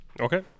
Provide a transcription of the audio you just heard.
Okay